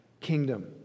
kingdom